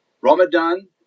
Ramadan